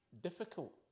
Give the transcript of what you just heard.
difficult